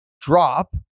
drop